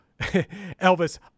Elvis